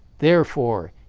therefore,